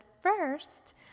first